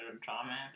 drama